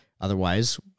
Otherwise